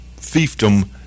fiefdom